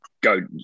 go